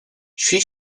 she